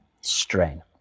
strain